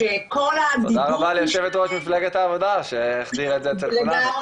תודה רבה ליושבת ראש מפלגת העבודה שהחדירה את זה אצל כולנו.